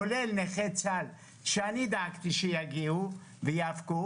כולל נכי צה"ל שאני דאגתי שיגיעו וייאבקו,